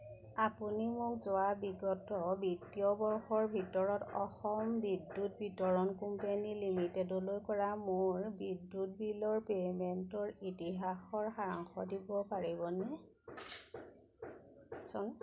আপুনি মোক যোৱা বিগত বিত্তীয় বৰ্ষৰ ভিতৰত অসম বিদ্যুৎ বিতৰণ কোম্পানী লিমিটেডলৈ কৰা মোৰ বিদ্যুৎ বিলৰ পে'মেণ্টৰ ইতিহাসৰ সাৰাংশ দিব পাৰিবনে